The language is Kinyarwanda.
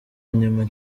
nyuma